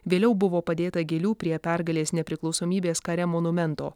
vėliau buvo padėta gėlių prie pergalės nepriklausomybės kare monumento